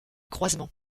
croisement